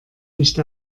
nicht